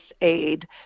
aid